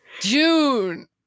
June